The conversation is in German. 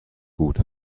gut